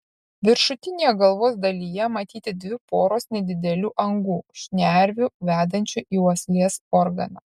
viršutinėje galvos dalyje matyti dvi poros nedidelių angų šnervių vedančių į uoslės organą